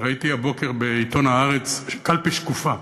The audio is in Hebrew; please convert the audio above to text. ראיתי הבוקר בעיתון "הארץ" קלפי שקופה,